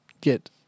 get